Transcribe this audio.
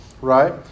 right